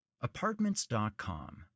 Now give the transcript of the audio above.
Apartments.com